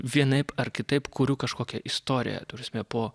vienaip ar kitaip kuriu kažkokią istoriją ta prasme po